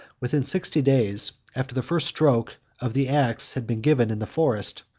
within sixty days after the first stroke of the axe had been given in the forest,